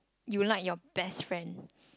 you like your best friend